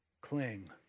cling